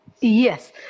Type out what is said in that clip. Yes